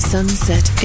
Sunset